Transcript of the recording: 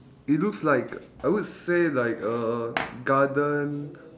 it looks like I would say like uh garden